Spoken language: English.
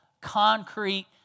concrete